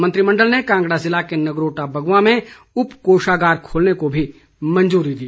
मंत्रिमंडल ने कांगड़ा ज़िले के नगरोटा बगवां में उप कोषागार खोलने की मंजूरी दी